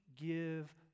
give